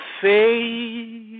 faith